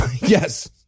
Yes